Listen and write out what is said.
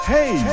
Hey